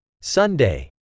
Sunday